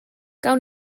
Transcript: gawn